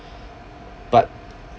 but